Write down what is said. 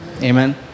Amen